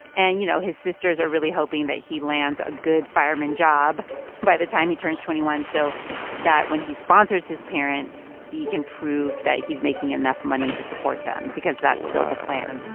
and you know, his sisters are really hoping that he lands a good fireman job by the time he turns twenty one so that when he sponsors his parents, he can prove that he's making enough money to support them because that's still the plan